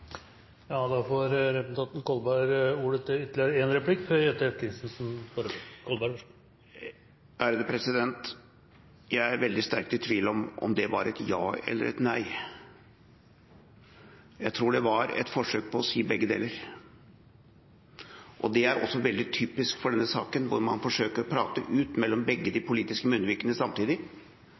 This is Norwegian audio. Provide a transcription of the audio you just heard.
Representanten Kolberg får ordet til ytterligere en replikk før representanten Jette F. Christensen får ordet. Jeg er veldig sterkt i tvil om det var et ja eller et nei. Jeg tror det var et forsøk på å si begge deler. Det er også veldig typisk for denne saken, hvor man forsøker å prate ut gjennom begge de politiske munnvikene samtidig, både for å ramme Det norske Arbeiderpartis eierskapsutøvelse, for dermed å svekke det og mistenkeliggjøre det, og samtidig